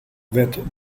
werd